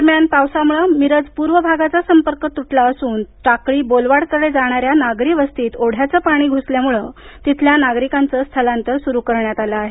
दरम्यान पावसाम्ळे मिरज पूर्व भागाचा संपर्क तृटला असून टाकळी बोलवाड कडे जाणाऱ्या नागरी वस्तीत ओढ्याचे पाणी घ्सल्याम्ळ तिथल्या नागरिकांच स्थलांतर स्रु आहे